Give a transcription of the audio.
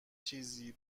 چیزی